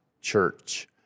church